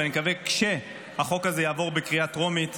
ואני מקווה שהחוק הזה יעבור בקריאה טרומית,